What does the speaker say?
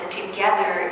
together